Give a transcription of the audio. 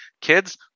Kids